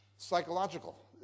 Psychological